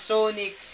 Sonic